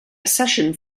accession